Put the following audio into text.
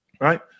right